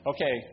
Okay